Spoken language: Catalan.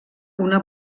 una